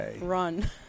run